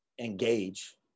engage